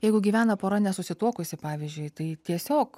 jeigu gyvena pora nesusituokusi pavyzdžiui tai tiesiog